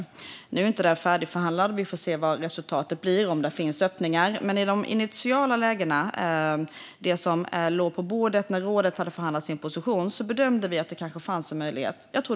Detta är inte färdigförhandlat, och vi får se om det blir några öppningar. Men utifrån det som låg på bordet när rådet hade förhandlat sin position bedömer vi att det finns en möjlighet.